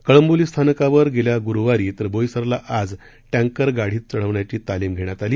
कळंवोली स्थानकावर गेल्या गुरुवारी तर बोईसरला आज टँकर गाडीत चढवण्याची तालीम घेण्यात आली